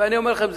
ואני אומר לכם,